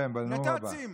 בנאום הבא.